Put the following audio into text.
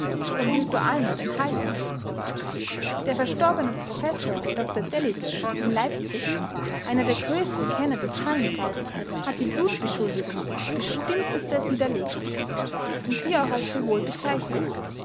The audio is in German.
vom ritualmord enthalten ist der verstorbene professor dr delitzsch in leipzig einer der größten kenner des talmud hat die blutbeschuldigung aufs bestimmteste teste widerlegt und sie auch als frivol bezeichnet